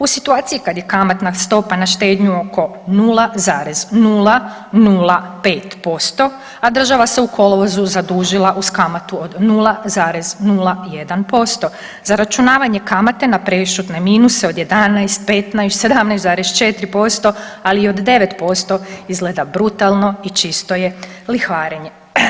U situaciji kad je kamatna stopa na štednju oko 0,005%, a država se u kolovozu zadužila uz kamatu od 0,01% zaračunavanje kamate na prešutne minuse od 11, 15, 17,4%, ali i od 9% izgleda brutalno i čisto je lihvarenje.